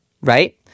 Right